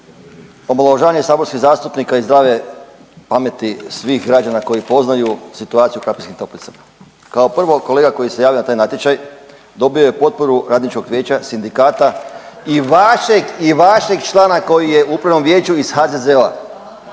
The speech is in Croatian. Omalovažavanje saborskih zastupnika i zdrave pameti svih građana koji poznaju situaciju u Krapinskim Toplicama. Kao prvo, kolega koji se javio na taj natječaj dobio je potporu Radničkog vijeća, sindikata i vašeg člana koji je u Upravnom vijeću iz HDZ-a.